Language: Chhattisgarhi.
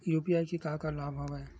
यू.पी.आई के का का लाभ हवय?